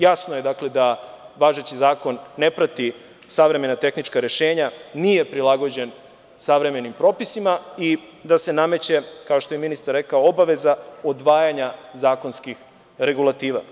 Jasno je da važeći zakon ne prati savremena tehnička rešenja, nije prilagođen savremenim propisima i da se nameće, kao što je ministar rekao, obaveza odvajanja zakonskih regulativa.